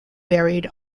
buried